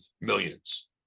millions